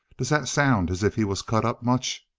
does that sound as if he was cut up much?